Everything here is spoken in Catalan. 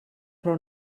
però